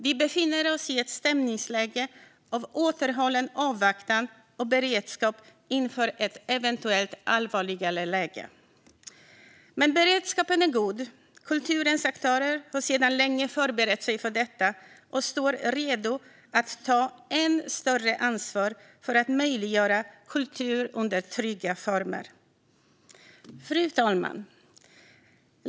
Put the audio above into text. Vi befinner oss i ett stämningsläge av återhållen avvaktan och beredskap inför ett eventuellt allvarligare läge. Men beredskapen är god. Kulturens aktörer har sedan länge förberett sig för detta och står redo att ta än större ansvar för att möjliggöra kultur under trygga former. Fru talman!